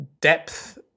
depth